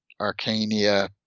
Arcania